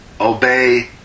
Obey